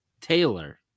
taylor